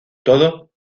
todo